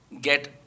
get